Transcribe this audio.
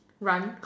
run